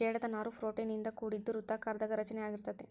ಜೇಡದ ನಾರು ಪ್ರೋಟೇನ್ ಇಂದ ಕೋಡಿದ್ದು ವೃತ್ತಾಕಾರದಾಗ ರಚನೆ ಅಗಿರತತಿ